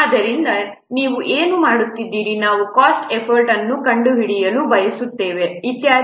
ಆದ್ದರಿಂದ ನೀವು ಏನು ಮಾಡುತ್ತೀರಿ ನಾವು ಕಾಸ್ಟ್ ಎಫರ್ಟ್ ಅನ್ನು ಕಂಡುಹಿಡಿಯಲು ಬಯಸುತ್ತೇವೆ ಇತ್ಯಾದಿ